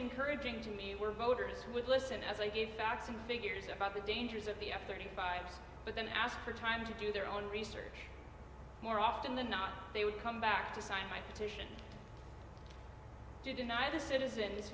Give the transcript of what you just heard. encouraging to me were voters would listen as i gave facts and figures about the dangers of the f thirty five but then asked for time to do their own research more often than not they would come back to sign my petition to deny the citizen